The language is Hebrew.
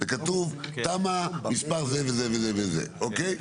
וכתוב תמ"א מספר זה וזה וזה אוקי?